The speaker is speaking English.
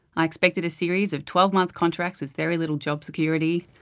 i expected a series of twelve month contracts with very little job security.